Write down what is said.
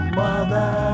mother